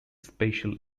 special